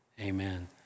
amen